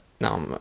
now